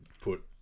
put